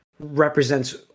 represents